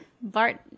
Bart